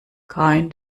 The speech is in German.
kein